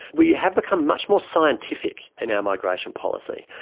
we have become much more scientific in our migration policy.